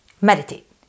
meditate